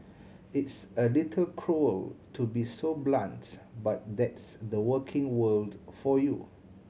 it's a little cruel to be so blunts but that's the working world for you